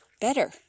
better